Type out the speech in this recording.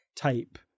type